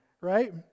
right